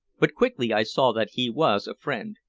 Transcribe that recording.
but quickly i saw that he was a friend.